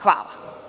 Hvala.